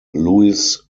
louis